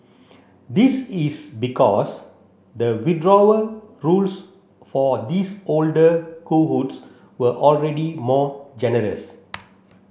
this is because the withdrawal rules for these older cohorts were already more generous